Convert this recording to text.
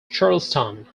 charleston